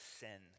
sin